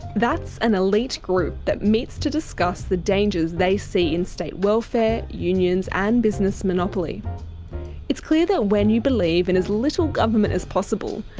that's an elite group that meets to discuss the dangers they see in state welfare, unions and business monopoly it's clear that when you believe in as little government as possible,